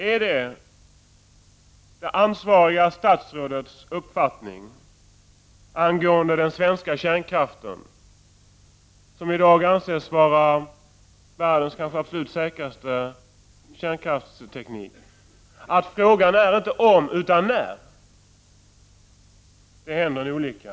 Är det ansvariga statsrådets uppfattning om den svenska kärnkraften, som anses ha världens kanske säkraste teknik, att frågan inte är om utan när det händer en olycka?